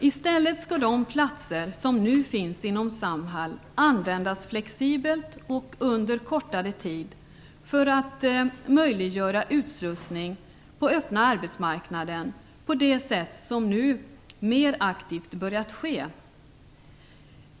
I stället skall de platser som nu finns inom Samhall användas flexibelt och under en kortare tid för att möjliggöra en utslussning på den öppna arbetsmarknaden mera aktivt som nu börjat ske.